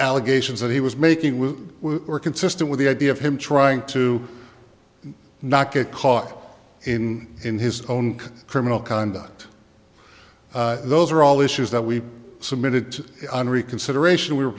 allegations that he was making was consistent with the idea of him trying to not get caught in in his own criminal conduct those are all issues that we submitted on reconsideration we